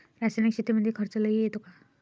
रासायनिक शेतीमंदी खर्च लई येतो का?